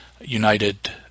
United